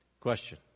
Question